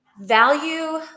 Value